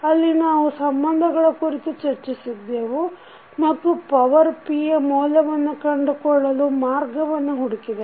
ಅಲ್ಲಿ ನಾವು ಸಂಬಂಧಗಳ ಕುರಿತು ಚರ್ಚಿಸಿದೆವು ಮತ್ತು ಪವರ್ P ಯ ಮೌಲ್ಯವನ್ನು ಕಂಡುಕೊಳ್ಳಲು ಮಾರ್ಗವನ್ನು ಹುಡುಕಿದೆವು